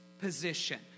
position